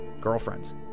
Girlfriends